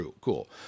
cool